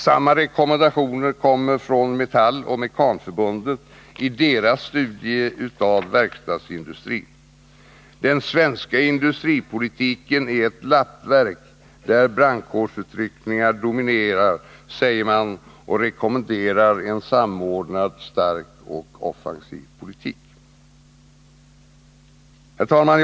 Samma rekommendationer kommer från Metallindustriarbetareförbundet och Mekanförbundet i deras studie av verkstadsindustrin. ”Den svenska industripolitiken är ett lappverk, där brandkårsutryckningar dominerar”, säger man och rekommenderar en samordnad, stark och offensiv politik. Herr talman!